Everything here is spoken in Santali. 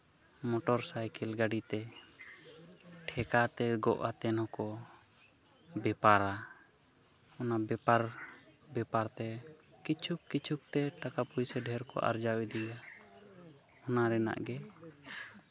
ᱢᱚᱴᱚᱨ ᱥᱟᱭᱠᱮᱞ ᱜᱟᱹᱰᱤᱛᱮ ᱴᱷᱮᱠᱟᱛᱮ ᱜᱚᱫ ᱠᱟᱛᱮᱫ ᱨᱮᱦᱚᱸ ᱵᱮᱯᱟᱨᱟ ᱚᱱᱟ ᱵᱮᱯᱟᱨ ᱵᱮᱯᱟᱨᱛᱮ ᱠᱤᱪᱷᱩ ᱠᱤᱪᱷᱩᱛᱮ ᱴᱟᱠᱟ ᱯᱚᱭᱥᱟ ᱰᱷᱮᱨ ᱠᱚ ᱟᱨᱡᱟᱣ ᱤᱫᱤᱭᱟ ᱚᱱᱟ ᱨᱮᱱᱟᱜ ᱜᱮ